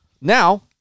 now